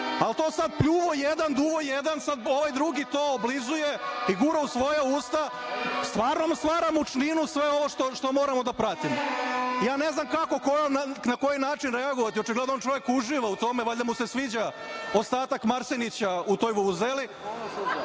ali to sada pljuje jedan, duva jedan, sada ovaj to drugi oblizuje i gura u svoja usta, stvarno stvara mučninu sve ovo što moramo da pratimo. Ne znam kako na koji način reagovati, očigledno čovek uživa u tome, valjda mu se sviđa ostatak Marsenića u toj vuvuzeli,